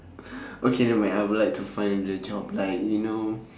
okay never mind I would like to find the job like you know